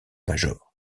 major